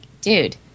dude